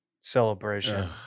celebration